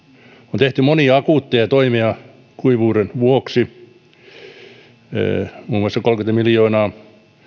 on tehty monia akuutteja toimia kuivuuden vuoksi muun muassa kolmekymmentä miljoonaa